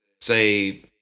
say